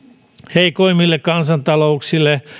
heikommille kansantalouksille